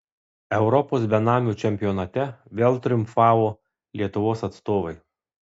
europos benamių čempionate vėl triumfavo lietuvos atstovai